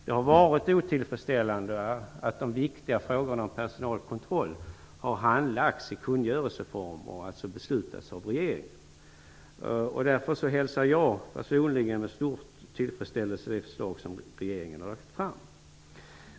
Det har varit otillfredsställande att de viktiga frågorna om personalkontroll har handlagts i kungörelseform och alltså beslutats av regeringen. Därför hälsar jag personligen med stor tillfredsställelse det förslag som regeringen har lagt fram.